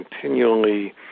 continually